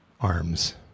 arms